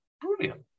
brilliant